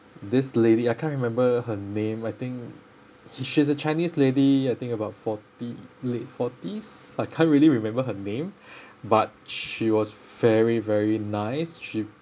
this lady I can't remember her name I think she's she's a chinese lady I think about forty late forties I can't really remember her name but she was very very nice she